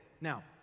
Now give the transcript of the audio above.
Now